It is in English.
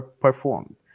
performed